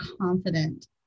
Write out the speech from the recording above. confident